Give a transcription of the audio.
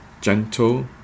gentle